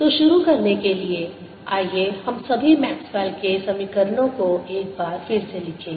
तो शुरू करने के लिए आइए हम सभी मैक्सवेल के समीकरणों Maxwell's equations को एक बार फिर से लिखें